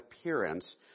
appearance